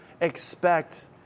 expect